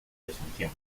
definición